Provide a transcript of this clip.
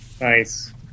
Nice